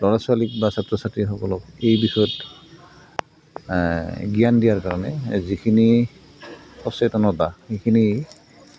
ল'ৰা ছোৱালীক বা ছাত্ৰ ছাত্ৰীসকলক এই বিষয়ত এ জ্ঞান দিয়াৰ কাৰণে যিখিনি সচেতনতা সেইখিনি